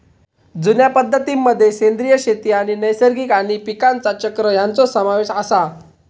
जुन्या पद्धतीं मध्ये सेंद्रिय शेती आणि नैसर्गिक आणि पीकांचा चक्र ह्यांचो समावेश आसा